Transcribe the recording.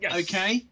okay